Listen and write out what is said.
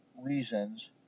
reasons